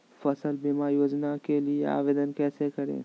फसल बीमा योजना के लिए आवेदन कैसे करें?